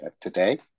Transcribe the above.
today